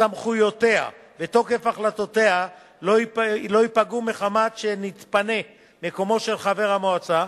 סמכויותיה ותוקף החלטותיה לא ייפגעו מחמת שנתפנה מקומו של חבר המועצה,